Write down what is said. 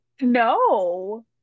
No